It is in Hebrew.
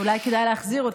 אולי כדאי להחזיר אותה.